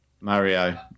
Mario